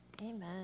Amen